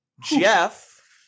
Jeff